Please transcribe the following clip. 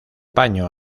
paño